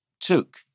took